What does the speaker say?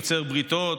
יוצר בריתות,